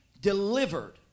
delivered